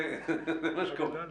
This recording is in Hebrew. זה מה שקורה...